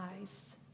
eyes